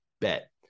bet